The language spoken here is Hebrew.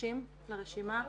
נשים לרשימה.